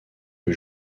que